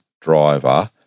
driver